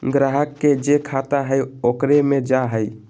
ग्राहक के जे खाता हइ ओकरे मे जा हइ